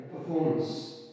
performance